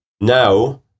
now